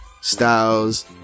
Styles